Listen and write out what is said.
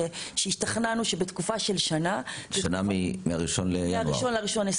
השתכנענו שבתקופה של שנה --- שנה מה-1 בינואר.